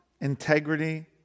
integrity